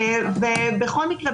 בכל מקרה,